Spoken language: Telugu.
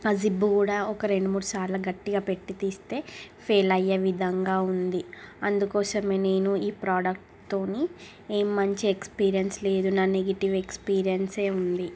ఆ జిప్పు కూడా ఒక రెండు మూడు సార్లు గట్టిగ పెట్టి తీస్తే ఫెయిల్ అయ్యే విధంగా ఉంది అందుకోసమే నేను ఈ ప్రోడక్ట్తోని ఏం మంచి ఎక్సపీరియన్స్ లేదు నా నెగిటివ్ ఎక్సపీరియన్సే ఉంది